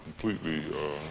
completely